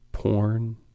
porn